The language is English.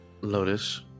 Lotus